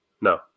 No